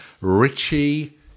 Richie